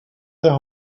their